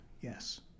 Yes